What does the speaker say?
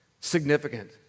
Significant